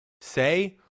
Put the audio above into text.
say